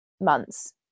months